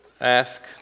ask